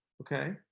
okay